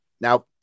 Now